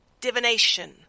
divination